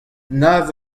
nav